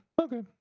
okay